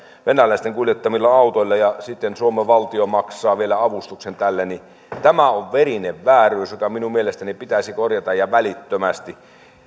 venäläisten kuljettamilla autoilla ja sitten suomen valtio maksaa vielä avustuksen näille tämä on verinen vääryys joka minun mielestäni pitäisi korjata ja välittömästi